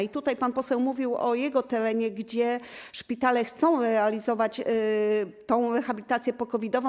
I tutaj pan poseł mówił o jego terenie, gdzie szpitale chcą realizować tę rehabilitację po-COVID-ową.